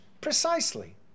precisely